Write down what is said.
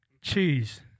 Cheese